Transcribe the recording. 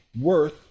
worth